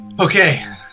Okay